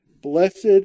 Blessed